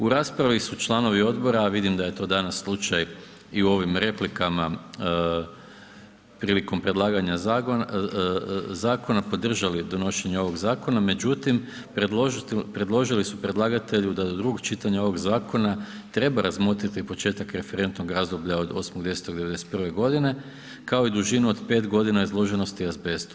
U raspravi su članovi odbora a vidim da je to danas slučaj i u ovim replikama prilikom predlaganja zakona, podržali donošenje ovog zakona, međutim predložili su predlagatelju da do drugog čitanja ovog zakona treba razmotriti početak referentnog razdoblja od 8. 10. 1991. g. kao i dužinu od 5 g. izloženosti azbestu.